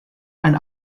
and